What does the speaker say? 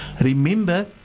Remember